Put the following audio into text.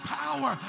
power